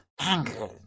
anger